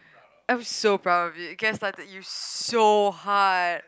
I'm so proud of it gas lighted you so hard